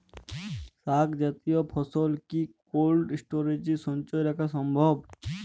শাক জাতীয় ফসল কি কোল্ড স্টোরেজে সঞ্চয় করা সম্ভব?